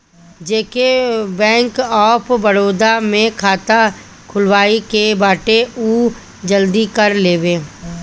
जेके Bank of Baroda में खाता खुलवाए के बाटे उ जल्दी कर लेवे